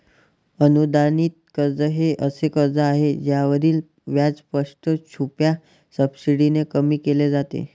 अनुदानित कर्ज हे असे कर्ज आहे ज्यावरील व्याज स्पष्ट, छुप्या सबसिडीने कमी केले जाते